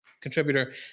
contributor